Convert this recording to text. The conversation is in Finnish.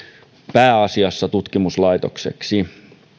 pääasiassa tutkimuslaitokseksi